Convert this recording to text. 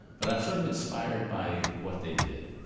but i'm sort of inspired by what they did.